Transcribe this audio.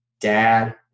dad